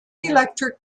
electric